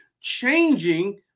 changing